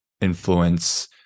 influence